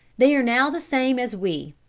they are now the same as we.